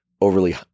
overly